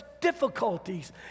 difficulties